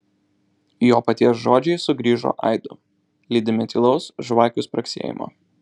jo paties žodžiai sugrįžo aidu lydimi tylaus žvakių spragsėjimo